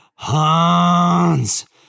Hans